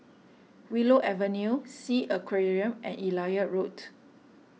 Willow Avenue Sea Aquarium and Elliot Road